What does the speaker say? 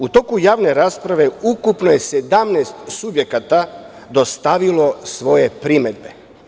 U toku javne rasprave ukupno je 17 subjekata dostavilo svoje primedbe.